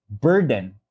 burden